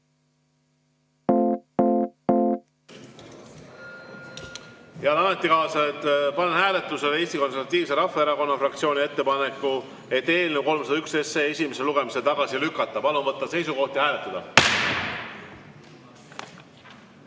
ametikaaslased, panen hääletusele Eesti Konservatiivse Rahvaerakonna fraktsiooni ettepaneku eelnõu 301 esimesel lugemisel tagasi lükata. Palun võtta seisukoht ja hääletada!